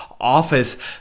Office